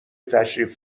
تشریف